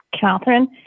Catherine